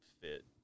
fit